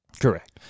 Correct